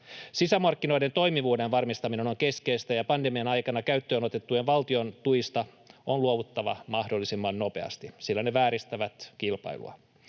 Sisämarkkinoiden toimivuuden varmistaminen on keskeistä, ja pandemian aikana käyttöön otetuista valtion tuista on luovuttava mahdollisimman nopeasti, sillä ne vääristävät kilpailua.